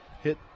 Hit